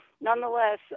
nonetheless